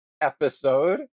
episode